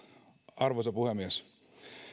arvoisa puhemies